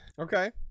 Okay